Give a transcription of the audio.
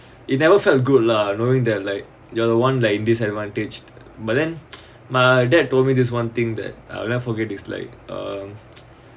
it never felt good lah knowing that like you are the one like disadvantaged but then my dad told me there's one thing that I'll never forget these like um